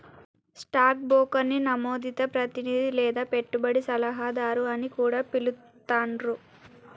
stock బ్రోకర్ని నమోదిత ప్రతినిధి లేదా పెట్టుబడి సలహాదారు అని కూడా పిలుత్తాండ్రు